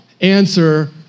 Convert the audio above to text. answer